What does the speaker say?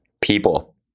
People